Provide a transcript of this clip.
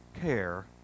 care